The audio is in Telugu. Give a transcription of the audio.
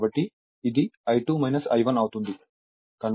కాబట్టి ఇది I2 I1 అవుతుంది